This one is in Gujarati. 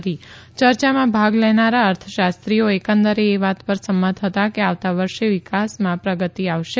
યર્ચામાં ભાગ લેનારા અર્થશાસ્ત્રીઓ એકંદરે એ વાત પર સંમત હતા કે આવતા વર્ષે વિકાસમાં પ્રગતિ આવશે